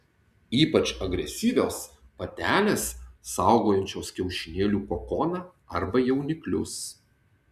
ypač agresyvios patelės saugojančios kiaušinėlių kokoną arba jauniklius